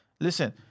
Listen